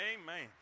Amen